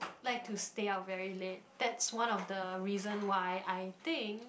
like to stay out very late that's one of the reason why I think